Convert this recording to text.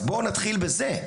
אז בואו נתחיל בזה,